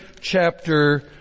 chapter